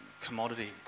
commodity